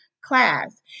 class